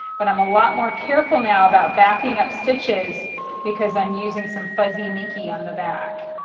but i'm a lot more careful now about backing up stitches because i'm using some fuzzy minky on the back.